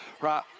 right